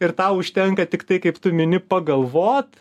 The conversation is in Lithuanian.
ir tau užtenka tiktai kaip tu mini pagalvot